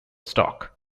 stock